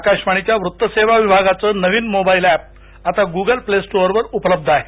आकाशवाणीच्या वृत्त सेवा विभागाचं नवीन मोबाईल अॅप आता ग्गल प्ले स्टोअरवर उपलब्ध आहे